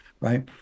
right